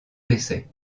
décès